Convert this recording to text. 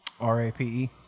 R-A-P-E